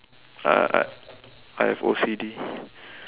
uh I I have O_C_D